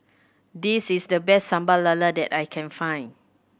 this is the best Sambal Lala that I can find